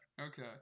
Okay